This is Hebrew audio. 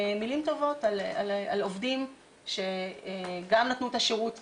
מילים טובות על עובדים שגם נתנו את השירות טוב,